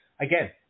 again